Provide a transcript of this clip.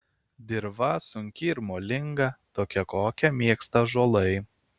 dirva sunki ir molinga tokia kokią mėgsta ąžuolai